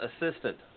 assistant